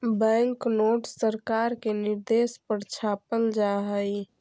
bank note सरकार के निर्देश पर छापल जा हई